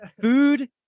food